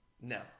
no